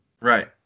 Right